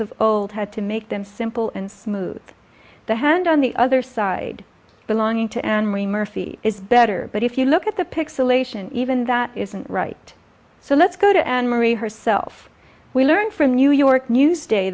of old had to make them simple and smooth the hand on the other side belonging to an re mercy is better but if you look at the pixelation even that isn't right so let's go to and marie herself we learned from new york news day